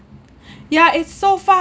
yeah it's so far